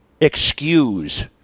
excuse